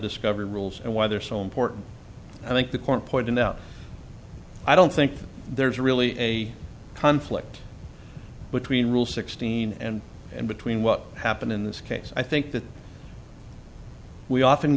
discovery rules and why they're so important i think the court pointed out i don't think there's really a conflict between rule sixteen and and between what happened in this case i think that we often